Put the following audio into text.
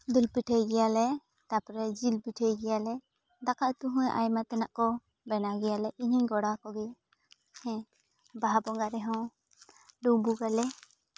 ᱫᱩᱞ ᱯᱤᱴᱷᱟᱹᱭ ᱜᱮᱭᱟᱞᱮ ᱛᱟᱨᱯᱚᱨᱮ ᱡᱤᱞ ᱯᱤᱴᱷᱟᱹᱭ ᱜᱮᱭᱟᱞᱮ ᱫᱟᱠᱟ ᱩᱛᱩ ᱦᱚᱸ ᱟᱭᱢᱟ ᱛᱮᱱᱟᱜ ᱠᱚ ᱵᱮᱱᱟᱣ ᱜᱮᱭᱟᱞᱮ ᱤᱧ ᱦᱚᱸᱧ ᱜᱚᱲᱚ ᱟᱠᱚ ᱜᱮᱭᱟ ᱦᱮᱸ ᱵᱟᱦᱟ ᱵᱚᱸᱜᱟ ᱨᱮᱦᱚᱸ ᱰᱩᱵᱩᱠ ᱜᱟᱞᱮ